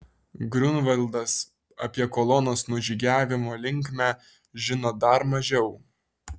griunvaldas apie kolonos nužygiavimo linkmę žino dar mažiau